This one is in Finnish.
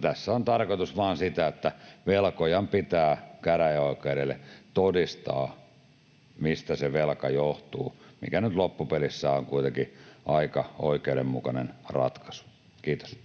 Tässä on tarkoitus vain se, että velkojan pitää käräjäoikeudelle todistaa, mistä se velka johtuu — mikä nyt loppupelissä on kuitenkin aika oikeudenmukainen ratkaisu. — Kiitos.